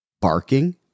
barking